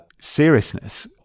seriousness